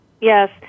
yes